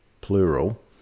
plural